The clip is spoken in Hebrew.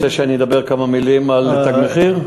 אתה רוצה שאני אומר כמה מילים על "תג מחיר"?